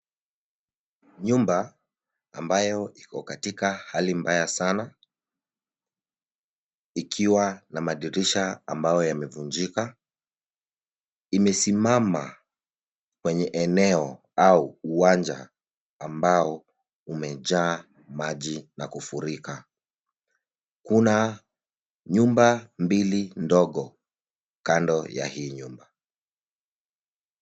Nyumba ambayo iko katika hali mbaya sana, ikiwa na madirisha ambayo yamevunjika. Imesimama kwenye eneo au uwanja ambao umejaa maji na kufurika. Kuna nyumba mbili ndogo kando ya hii nyumba.